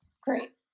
Great